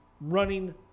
running